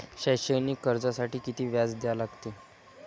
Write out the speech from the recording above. शैक्षणिक कर्जासाठी किती व्याज द्या लागते?